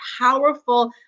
powerful